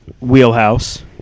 wheelhouse